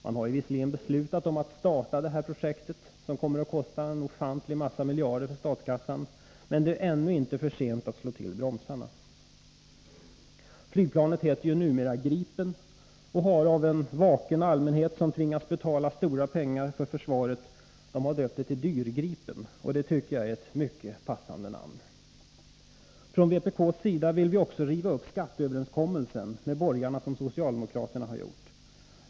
Man har visserligen beslutat om att starta projektet, som kommer att kosta statskassan en ofantlig mängd miljarder, men det är ännu inte för sent att slå till bromsarna. Flygplanet heter numera Gripen och har av en vaken allmänhet, som tvingas betala stora summor till försvaret, döpts till Dyr-Gripen. Det tycker jag är ett mycket passande namn. Från vpk:s sida vill vi också riva upp den skatteöverenskommelse med borgarna som socialdemokraterna har gjort.